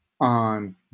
on